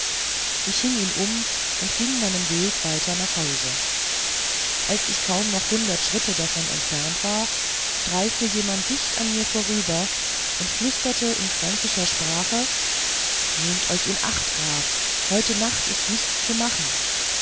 ich hing ihn um und ging meinen weg weiter nach hause als ich kaum noch hundert schritte davon entfernt war streifte jemand dicht an mir vorüber und flüsterte in fränkischer sprache nehmt euch in acht graf heute nacht ist nichts zu machen